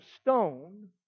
stone